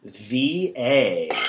V-A